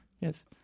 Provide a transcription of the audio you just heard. Yes